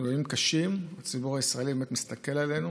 אנחנו בימים קשים, הציבור הישראלי מסתכל עלינו,